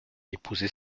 épouser